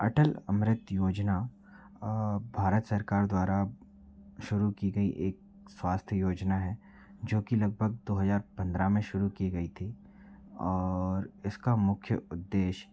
अटल अमृत योजना भारत सरकार द्वारा शुरू की गई एक स्वास्थ्य योजना है जो कि लगभग दो हजार पंद्रह में शुरू की गई थी और इसका मुख्य उद्देश्य